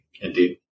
Indeed